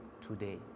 today